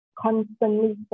constantly